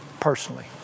personally